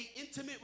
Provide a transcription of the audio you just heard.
intimate